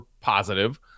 positive